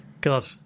God